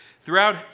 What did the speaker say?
Throughout